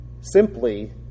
simply